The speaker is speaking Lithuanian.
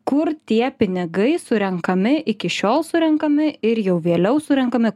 kur tie pinigai surenkami iki šiol surenkami ir jau vėliau surenkame